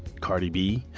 cardi b,